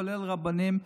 כולל רבנים,